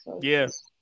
Yes